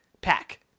pack